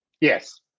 yes